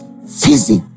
fizzy